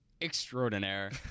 extraordinaire